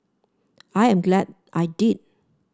I am glad I did